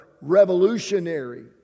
revolutionary